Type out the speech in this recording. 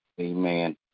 Amen